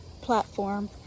platform